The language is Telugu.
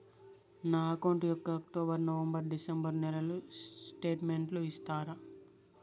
నా అకౌంట్ యొక్క అక్టోబర్, నవంబర్, డిసెంబరు నెలల స్టేట్మెంట్ ఇస్తారా?